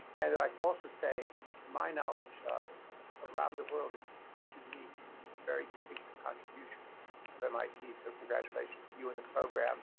and that i can also say, to my knowledge around the world is unique, and it's a very distinctive contribution of mit. so congratulations to you and program.